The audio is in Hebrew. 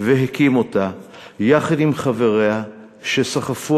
והקים אותה יחד עם חבריה שסחפו